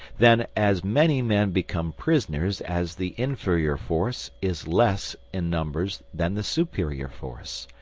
then as many men become prisoners as the inferior force is less in numbers than the superior force,